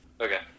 Okay